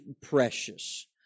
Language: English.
precious